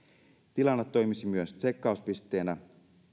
tilanne toimisi myös tsekkauspisteenä